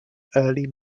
early